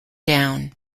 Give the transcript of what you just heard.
down